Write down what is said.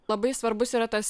labai svarbus yra tas